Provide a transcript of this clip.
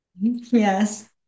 Yes